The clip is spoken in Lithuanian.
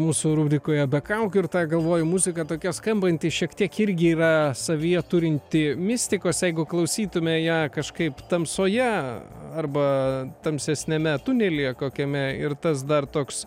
mūsų rubrikoje be kaukių ir tą galvoju muzika tokia skambanti šiek tiek irgi yra savyje turinti mistikos jeigu klausytume ją kažkaip tamsoje arba tamsesniame tunelyje kokiame ir tas dar toks